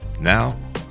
Now